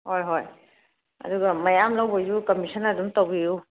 ꯍꯣꯏ ꯍꯣꯏ ꯑꯗꯨꯒ ꯃꯌꯥꯝ ꯂꯧꯕꯩꯁꯨ ꯀꯝꯃꯤꯁꯟ ꯑꯗꯨꯝ ꯇꯧꯕꯤꯌꯨ